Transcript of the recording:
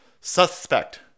suspect